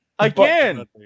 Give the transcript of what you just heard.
Again